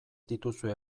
dituzue